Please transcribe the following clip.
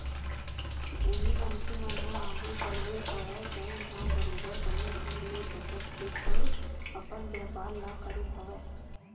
उही मनखे मन ह आघु बड़हे हवय जउन ह बरोबर बने ढंग ले बचत के संग अपन बेपार ल करे हवय